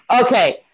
Okay